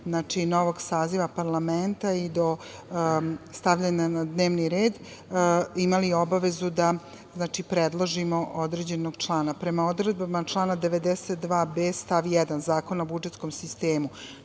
novog saziva parlamenta i do stavljanja na dnevni red, imali obavezu da predložimo određenog člana. Prema odredbama člana 92. b, stav 1. Zakona o budžetskom sistemu,